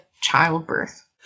childbirth